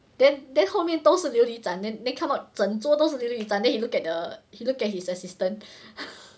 then then 后面都是琉璃盏 then then come out 整卓都是琉璃盏 then he look at the he looked at his assistant